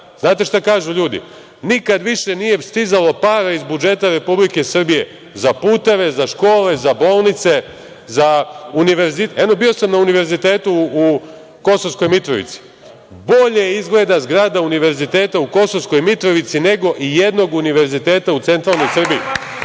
znate šta kažu ljudi? Kažu da nikada više nije stizalo para iz budžeta Republike Srbije za puteve, za škole, za bolnice, za univerzitet. Bio sam na Univerzitetu u Kosovskoj Mitrovici. Bolje izgleda zgrada Univerziteta u Kosovskoj Mitrovici, nego ijednog univerziteta u centralnoj Srbiji. To